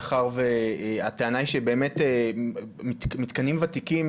מאחר והטענה היא שבאמת מתקנים ותיקים